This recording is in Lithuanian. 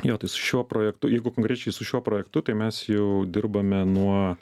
jo tai su šiuo projektu jeigu konkrečiai su šiuo projektu tai mes jau dirbame nuo